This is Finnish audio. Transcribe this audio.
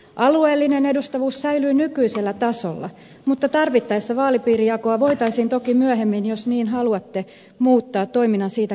alueellinen edustavuus säilyy nykyisellä tasolla mutta tarvittaessa vaalipiirijakoa voitaisiin toki myöhemmin jos niin haluatte muuttaa toiminnan siitä kärsimättä